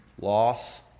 loss